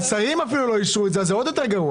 השרים אפילו לא אישרו את זה, אז זה עוד יותר גרוע.